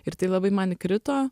ir tai labai man įkrito